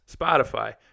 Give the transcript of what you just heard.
Spotify